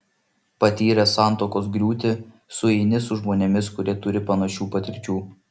patyręs santuokos griūtį sueini su žmonėmis kurie turi panašių patirčių